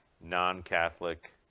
non-Catholic